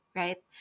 right